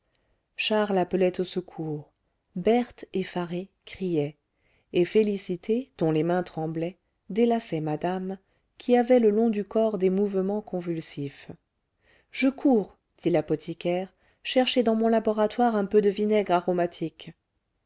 charles appelait au secours berthe effarée criait et félicité dont les mains tremblaient délaçait madame qui avait le long du corps des mouvements convulsifs je cours dit l'apothicaire chercher dans mon laboratoire un peu de vinaigre aromatique